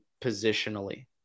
positionally